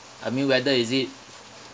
I mean whether is it